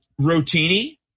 rotini